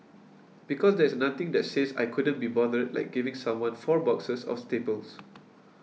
because there is nothing that says I couldn't be bothered like giving someone four boxes of staples